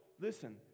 listen